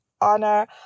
honor